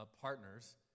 partners